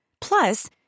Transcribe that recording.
Plus